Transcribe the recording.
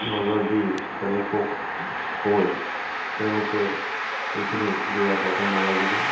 নজৰ দি তেওঁলোকক কয় তেওঁলোকে সেইখিনিত বেয়া পাব নালাগিব